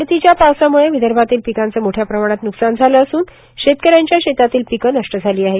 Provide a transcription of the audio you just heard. परतीच्या पावसाम्ळे विदर्भातील पिकांचे मोठ्या प्रमाणात न्कसान झाले असून शेतकऱ्यांच्या शेतातील पिकं नष्ट झालीत